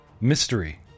mystery